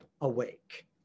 awake